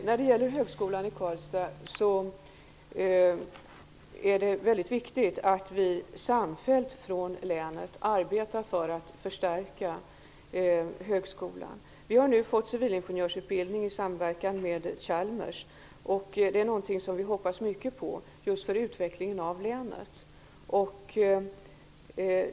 Fru talman! Det är väldigt viktigt att vi från länet samfällt arbetar på att förstärka högskolan i Karlstad. Vi har nu fått civilingenjörsutbildning i samverkan med Chalmers, och det är något som vi hoppas mycket på just för utvecklingen i länet.